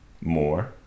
more